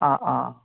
आं आं